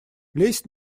лезь